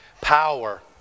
Power